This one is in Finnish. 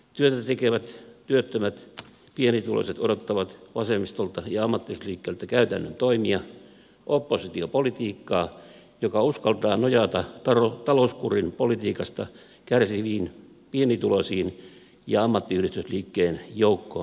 työtä tekevät työttömät pienituloiset odottavat vasemmistolta ja ammattiyhdistysliikkeeltä käytännön toimia oppositiopolitiikkaa joka uskaltaa nojata talouskurin politiikasta kärsiviin pienituloisiin ja ammattiyhdistysliikkeen joukkovoimaan